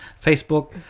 Facebook